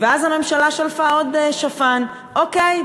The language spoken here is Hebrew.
ואז המדינה שלפה עוד שפן: טוב,